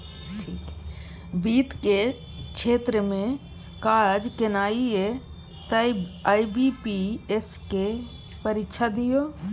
वित्त केर क्षेत्र मे काज केनाइ यै तए आई.बी.पी.एस केर परीक्षा दियौ